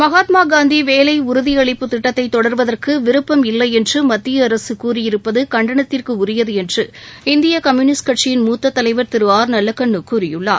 மகாத்மா காந்தி வேலை உறுதியளிப்புத் திட்டத்தை தொடர்வதற்கு விருப்பம் இல்லை என்று மத்திய அரசு கூறியிருப்பது கண்டனத்திற்கு உரியது என்று இந்திய கம்யூனிஸ்ட் கட்சியின் மூத்தத் தலைவர் திரு ஆர் நல்லக்கண்ணு கூறியுள்ளார்